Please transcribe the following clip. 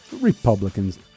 Republican's